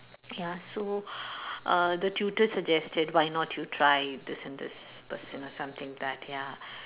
ya so uh the tutor suggested why not you try this and this plus you know something that ya